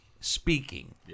speaking